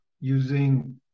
using